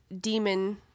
demon